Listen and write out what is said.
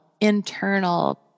internal